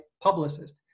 publicist